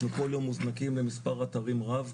אנחנו כל יום מוזנקים למספר אתרים רב,